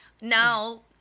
now